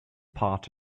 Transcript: part